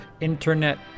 internet